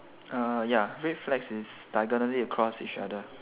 uh ya red flags is diagonally across each other